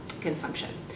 consumption